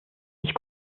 mich